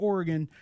Oregon